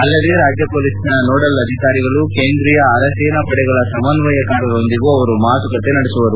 ಅಲ್ಲದೇ ರಾಜ್ಯ ಪೊಲೀಸ್ನ ನೋಡಲ್ ಅಧಿಕಾರಿಗಳು ಕೇಂದ್ರೀಯ ಅರೆ ಸೇನಾಪಡೆಗಳ ಸಮನ್ನಯಕಾರರೊಂದಿಗೂ ಅವರು ಮಾತುಕತೆ ನಡೆಸುವರು